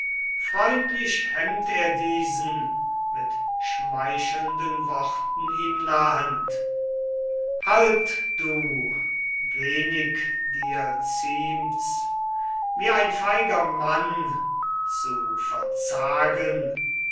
freundlich hemmt er diesen mit schmeichelnden worten ihm nahend halt du wenig dir ziemt's wie ein feiger mann zu verzagen